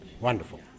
Wonderful